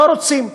לא רוצים,